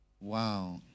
Wow